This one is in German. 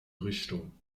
richtung